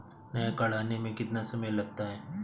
नया कार्ड आने में कितना समय लगता है?